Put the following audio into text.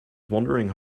wondering